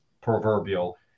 proverbial